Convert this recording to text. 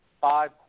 five